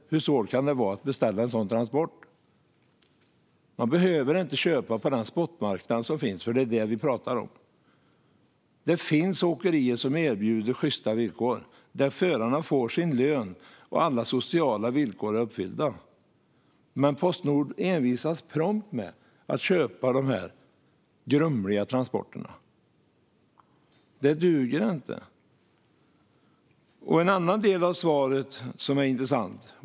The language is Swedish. Hur svårt kan det vara att beställa en sådan transport? Man behöver inte köpa på den spotmarknad som finns - det är det vi pratar om. Det finns åkerier som erbjuder sjysta villkor, där förarna får sin lön och där alla sociala villkor är uppfyllda. Men Postnord envisas prompt med att köpa de här grumliga transporterna. Det duger inte. Jag vill kommentera en annan intressant del av interpellationssvaret.